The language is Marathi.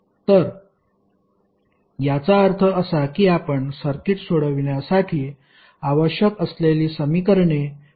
तर याचा अर्थ असा की आपण सर्किट सोडविण्यासाठी आवश्यक असलेली समीकरणे कमी करू शकतो